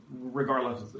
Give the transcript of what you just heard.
regardless